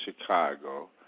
Chicago